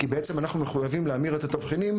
כי בעצם אנחנו מחויבים להמיר את התבחינים